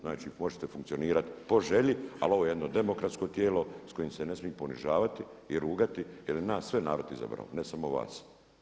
Znači možete funkcionirati po želji, ali ovo je jedno demokratsko tijelo sa kojim se ne smije ponižavati i rugati jer je nas sve narod izabrao ne samo vas.